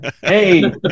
Hey